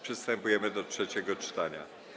Przystępujemy do trzeciego czytania.